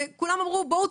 וכולם אמרו: בואו,